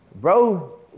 bro